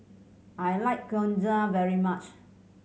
I like Gyoza very much